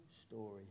story